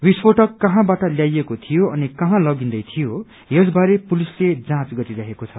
विस्फोटक कहाँबाट ल्याइएको थियो अनि कहाँ लगिन्दै थियो यस बारे पुलिसले जाँच अभियान चलाइरहेको छ